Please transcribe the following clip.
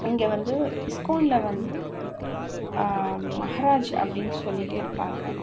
இங்கே வந்து இஸ்கானில் வந்து மஹராஜ் அப்படின்னு சொல்லிகிட்டே இருப்பாங்க